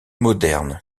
moderne